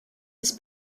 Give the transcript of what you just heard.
his